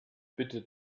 bitte